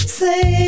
say